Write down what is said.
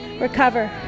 recover